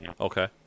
okay